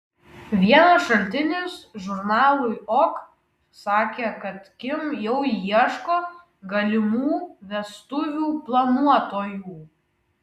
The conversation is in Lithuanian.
vienas šaltinis žurnalui ok sakė kad kim jau ieško galimų vestuvių planuotojų